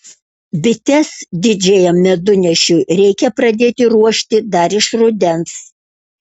bites didžiajam medunešiui reikia pradėti ruošti dar iš rudens